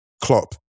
Klopp